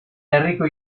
herriko